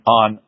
on